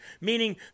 meaning